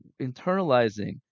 internalizing